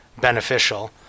beneficial